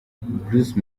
bruce